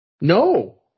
No